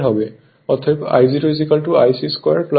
অতএব I0 IC 2 I m 2 এর বর্গমূল হবে